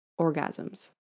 orgasms